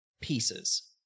pieces